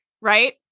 right